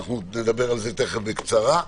נדבר על זה בקצרה.